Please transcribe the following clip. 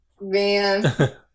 Man